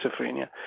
schizophrenia